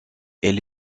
elle